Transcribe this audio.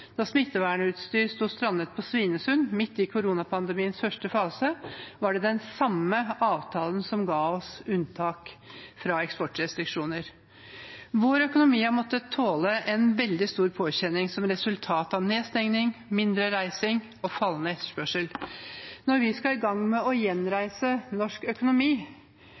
Da smittevernutstyr sto strandet på Svinesund midt i koronapandemiens første fase, var det den samme avtalen som ga oss unntak fra eksportrestriksjoner. Vår økonomi har måttet tåle en veldig stor påkjenning som resultat av nedstenging, mindre reising og fallende etterspørsel. Når vi skal i gang med å gjenreise norsk økonomi,